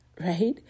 right